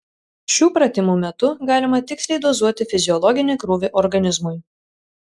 šių pratimų metu galima tiksliai dozuoti fiziologinį krūvį organizmui